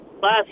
last